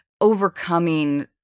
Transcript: overcoming